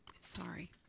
Sorry